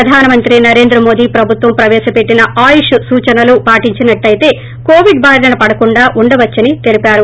ప్రధాన మంత్రి నరేంద్ర మోదీ ప్రభుత్వం ప్రవేశపెట్టిన ఆయుష్ సూచనలు పాటించినట్లయితే కోవిడ్ బారిన పడకుండా ఉండవచ్చని తెలిపారు